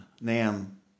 Nam